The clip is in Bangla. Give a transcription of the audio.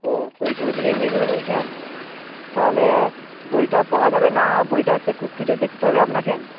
ও সই করে দিলেই হয়ে যাবে বলছেন তাহলে বইটা পাওয়া যাবে না বইটা হচ্চে খুঁজে দেখতে হবে আপনাকে